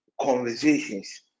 conversations